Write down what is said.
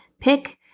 pick